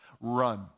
Run